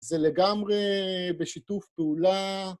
זה לגמרי בשיתוף פעולה.